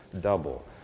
double